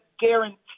guarantee